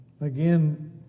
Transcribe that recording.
Again